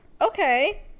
Okay